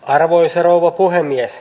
arvoisa rouva puhemies